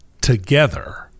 together